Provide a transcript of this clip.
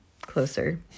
closer